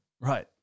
Right